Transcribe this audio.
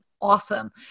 awesome